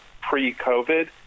pre-COVID